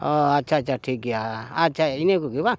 ᱚ ᱟᱪᱪᱷᱟ ᱟᱪᱪᱷᱟ ᱴᱷᱤᱠ ᱜᱮᱭᱟ ᱟᱪᱷᱟ ᱤᱱᱟᱹ ᱠᱚᱜᱮ ᱵᱟᱝ